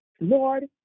Lord